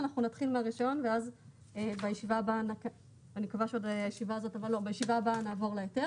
נתחיל מהרישיון ובישיבה הבאה נעבור להיתר.